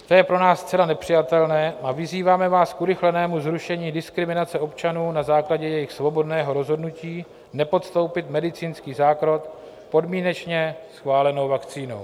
To je pro nás zcela nepřijatelné a vyzýváme vás k urychlenému zrušení diskriminace občanů na základě jejich svobodného rozhodnutí nepodstoupit medicínský zákrok podmínečně schválenou vakcínou.